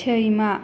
सैमा